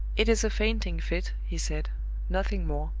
it is a fainting fit, he said nothing more.